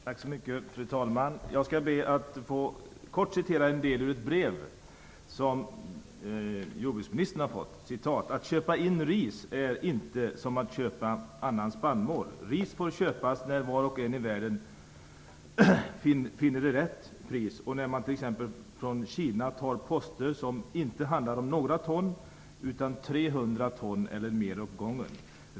Fru talman! Jag skall be att få citera ett brev till jordbruksministern. "Att köpa in ris är inte som att köpa annan spannmål, ris får köpas när och var i världen det finns till rätt pris och från t.ex. Kina kan man inte ta poster om några ton, det brukar bli ca 300 ton åt gången -.